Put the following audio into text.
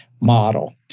model